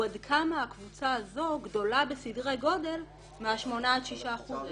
הוא עד כמה הקבוצה הזאת גדולה בסדרי גודל מ-8%-6% האלה?